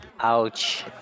Ouch